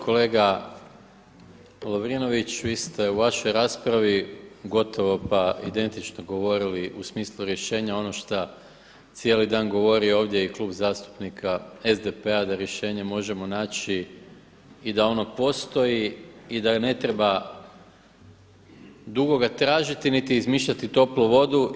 Kolega Lovrinović, vi ste u vašoj raspravi gotovo pa identično govorili u smislu rješenja ono šta cijeli dan govori ovdje i Klub zastupnika SDP-a da rješenje možemo naći i da ono postoji i da ne treba dugo ga tražiti niti izmišljati toplu vodu.